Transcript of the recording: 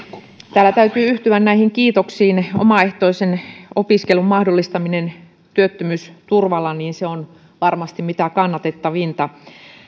täällä täytyy yhtyä näihin kiitoksiin omaehtoisen opiskelun mahdollistaminen työttömyysturvalla on varmasti mitä kannatettavinta